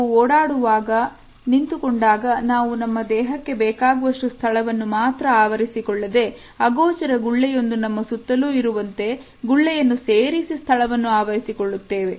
ನಾವು ಓಡಾಡುವಾಗ ನಿಂತುಕೊಂಡಾಗ ನಾವು ನಮ್ಮ ದೇಹಕ್ಕೆ ಬೇಕಾಗುವಷ್ಟು ಸ್ಥಳವನ್ನು ಮಾತ್ರ ಆವರಿಸಿ ಕೊಳ್ಳದೆ ಅಗೋಚರ ಗುಳ್ಳೆ ಯೊಂದು ನಮ್ಮ ಸುತ್ತಲು ಇರುವಂತೆ ಗುಳ್ಳೆಯನ್ನು ಸೇರಿಸಿ ಸ್ಥಳವನ್ನು ಆವರಿಸಿ ಕೊಳ್ಳುತ್ತೇವೆ